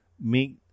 make